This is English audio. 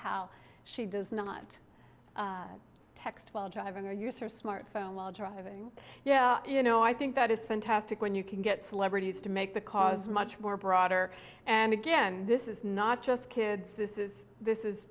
how she does not text while driving or use or smart phone while driving yeah you know i think that it's fantastic when you can get celebrities to make the cause much more broader and again this is not just kids this is this is